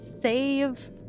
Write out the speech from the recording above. save